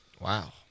Wow